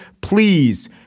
please